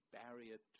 barrier